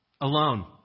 alone